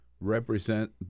represent